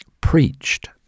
preached